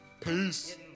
Peace